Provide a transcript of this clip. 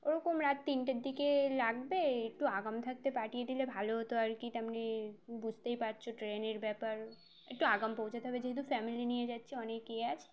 ওরকম রাত তিনটার দিকে লাগবে একটু আগাম থাকতে পাঠিয়ে দিলে ভালো হতো আর কি কারণ তুমি বুঝতেই পারছো ট্রেনের ব্যাপার একটু আগাম পৌঁছাতে হবে যেহেতু ফ্যামিলি নিয়ে যাচ্ছি অনেকেই আছে